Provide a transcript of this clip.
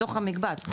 בתוך המקבץ,